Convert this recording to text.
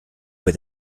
with